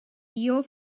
your